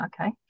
okay